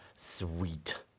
Sweet